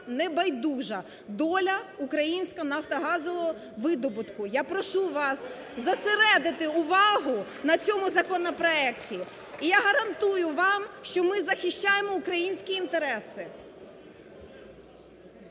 не байдужа доля українського нафтогазового видобутку. Я прошу вас зосередити увагу на цьому законопроекті. І я гарантую вам, що ми захищаємо українські інтереси.